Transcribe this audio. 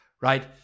right